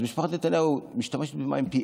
אז משפחת נתניהו משתמשת במים פי